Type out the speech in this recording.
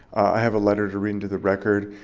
i have a letter to read into the record.